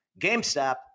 GameStop